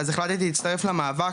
אז החלטתי להצטרף למאבק,